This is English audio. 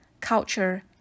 culture